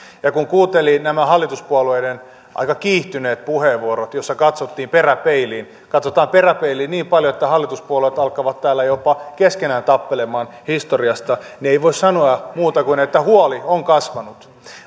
ja kun kuuntelin nämä hallituspuolueiden aika kiihtyneet puheenvuorot joissa katsottiin peräpeiliin katsottiin peräpeiliin niin paljon että hallituspuolueet alkavat täällä jopa keskenään tappelemaan historiasta niin ei voi sanoa muuta kuin että huoli on kasvanut